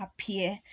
appear